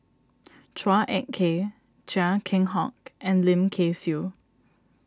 Chua Ek Kay Chia Keng Hock and Lim Kay Siu